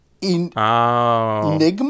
enigma